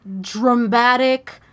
dramatic